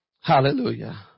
Hallelujah